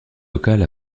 local